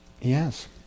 Yes